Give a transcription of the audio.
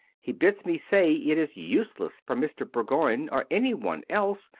he bids me say it is useless for mr. bourgoign, or anyone else,